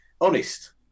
honest